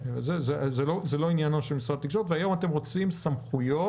זה לא עניינו של משרד התקשורת והיום אתם רוצים סמכויות